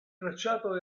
tracciato